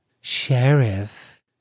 Sheriff